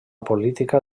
política